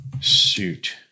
suit